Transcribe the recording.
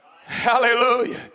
Hallelujah